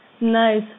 Nice